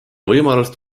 võimalust